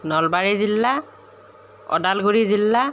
নলবাৰী জিলা ওদালগুৰি জিলা